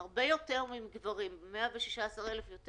אנחנו יודעים שבאוניברסיטת תל אביב המעונות לא מופעלים על ידי